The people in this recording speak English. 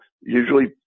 Usually